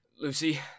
Lucy